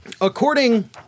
According